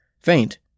faint